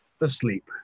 asleep